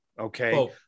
Okay